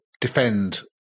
defend